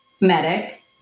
medic